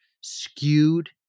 skewed